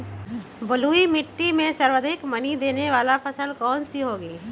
बलुई मिट्टी में सर्वाधिक मनी देने वाली फसल कौन सी होंगी?